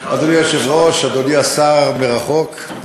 אדוני היושב-ראש, אדוני השר מרחוק,